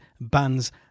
bands